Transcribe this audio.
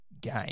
game